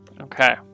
Okay